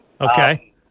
okay